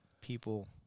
people